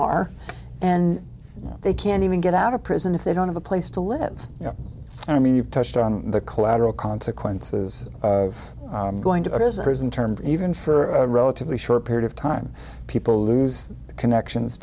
are and they can't even get out of prison if they don't have a place to live and i mean you've touched on the collateral consequences of going to it is a prison term even for a relatively short period of time people lose connections